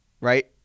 Right